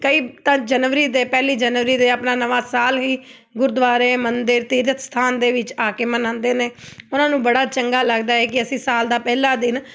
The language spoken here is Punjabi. ਕਈ ਤਾਂ ਜਨਵਰੀ ਦੇ ਪਹਿਲੀ ਜਨਵਰੀ ਦੇ ਆਪਣਾ ਨਵਾਂ ਸਾਲ ਹੀ ਗੁਰਦੁਆਰੇ ਮੰਦਰ ਤੀਰਥ ਸਥਾਨ ਦੇ ਵਿੱਚ ਆ ਕੇ ਮਨਾਉਂਦੇ ਨੇ ਉਹਨਾਂ ਨੂੰ ਬੜਾ ਚੰਗਾ ਲੱਗਦਾ ਹੈ ਕਿ ਅਸੀਂ ਸਾਲ ਦਾ ਪਹਿਲਾ ਦਿਨ